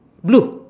blue